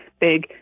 big